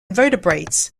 vertebrates